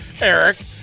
Eric